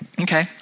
Okay